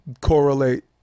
correlate